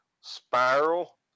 spiral